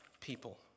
people